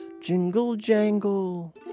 jingle-jangle